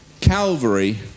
Calvary